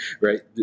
right